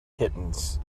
kittens